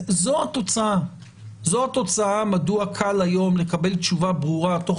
זאת התוצאה מדוע קל היום לקבל תשובה ברורה תוך